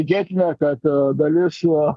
tikėtina kad dalis